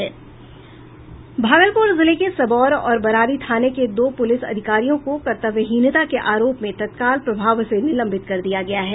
भागलपुर जिले के सबौर और बरारी थाने के दो पुलिस अधिकारियों को कर्तव्यहीनता के आरोप में तत्काल प्रभाव से निलंबित कर दिया गया है